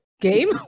game